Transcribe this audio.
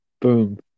boom